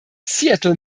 seattle